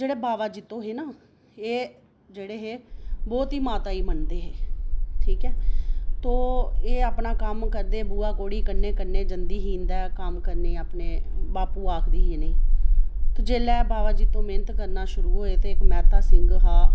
जेह्ड़े बावा जित्तो हे ना एह् जेह्ड़े हे बहोत ई माता गी मनदे हे ठीक ऐ तो एह् अपना कम्म करदे बूआ कौड़ी कन्नै कन्नै जंदी ही कम्म करने गी अपने बापू आक्खदी ही इ'नेंगी ते जेल्लै बावा जित्तो मैह्नत करना शुरू होए ते इक्क मैह्ता सिंह हा